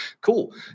Cool